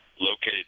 located